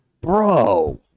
bro